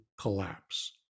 collapse